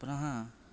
पुनः